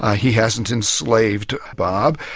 ah he hasn't enslaved bob,